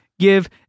Give